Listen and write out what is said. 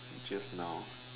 just now